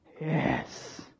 Yes